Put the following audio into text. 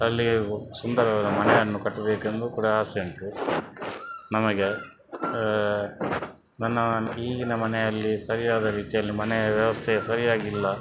ಅಲ್ಲಿ ಸುಂದರವಾದ ಮನೆಯನ್ನು ಕಟ್ಟಬೇಕೆಂದು ಕೂಡ ಆಸೆ ಉಂಟು ನಮಗೆ ನನ್ನ ಈಗಿನ ಮನೆಯಲ್ಲಿ ಸರಿಯಾದ ರೀತಿಯಲ್ಲಿ ಮನೆಯ ವ್ಯವಸ್ಥೆ ಸರಿಯಾಗಿಲ್ಲ